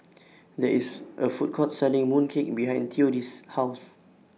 There IS A Food Court Selling Mooncake behind Theodis' House